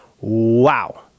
Wow